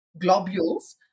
globules